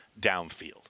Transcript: downfield